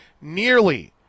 nearly